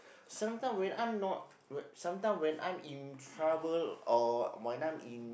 sometime when I'm not when sometime when I'm in trouble or when I'm in